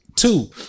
two